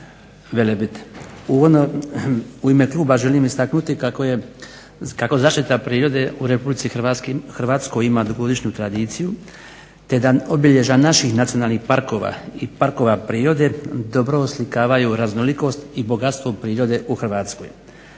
Velebit. Uvodno u ime kluba želim istaknuti kako zaštita prirode u Republici Hrvatskoj ima dugogodišnju tradiciju, te da obilježja naših nacionalnih parkova i parkova prirode dobro oslikavaju raznolikost i bogatstvo prirode u Hrvatskoj.